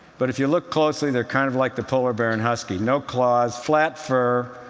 but if you look closely, they're kind of like the polar bear and husky no claws, flat fur,